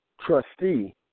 trustee